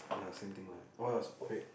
!aiya! same thing lah oh it was red